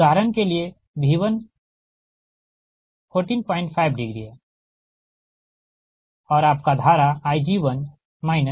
तो उदाहरण के लिए ले V1 145 है और आपका धारा Ig1 14है